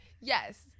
Yes